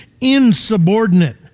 insubordinate